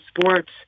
sports